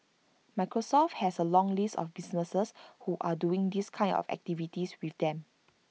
Microsoft has A long list of businesses who are doing these kind of activities with them